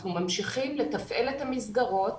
אנחנו ממשיכים לתפעל את המסגרות